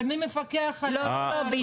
אבל מי מפקח עליהם?